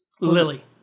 Lily